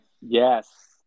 Yes